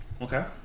Okay